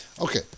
okay